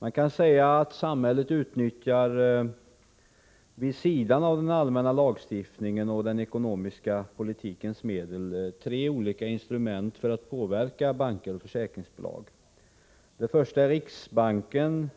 Man kan säga att samhället vid sidan av den allmänna lagstiftningen och den ekonomiska politikens medel utnyttjar tre olika instrument för att påverka banker och försäkringsbolag. Det första instrumentet är riksbanken,